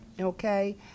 Okay